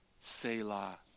Selah